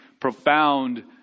profound